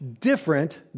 different